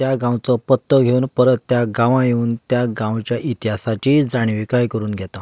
त्या गांवचो पत्तो घेवन परत त्या गांवांत येवन त्या गांवच्या इतिहासाचीय जाणविकाय करून घेतां